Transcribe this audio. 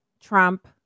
Trump